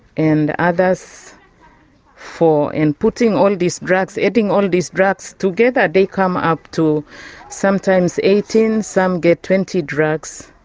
and others four. and putting all these drugs, eating all these drugs together, they come up to sometimes eighteen, some get twenty drugs.